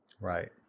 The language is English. Right